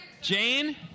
Jane